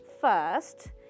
first